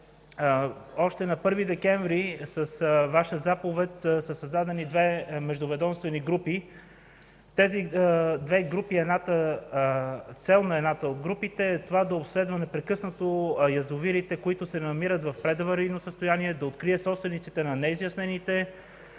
още на първи декември с Ваша заповед са създадени две междуведомствени групи. Цел на едната от групите е да обследва непрекъснато язовирите, които се намират в предаварийно състояние, да открие собствениците на язовирите